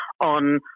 on